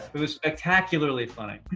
it was spectacularly funny.